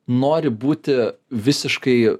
nori būti visiškai